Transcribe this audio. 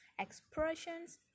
expressions